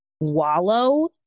Wallow